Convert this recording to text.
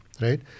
right